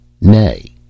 Nay